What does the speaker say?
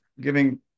giving